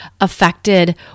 affected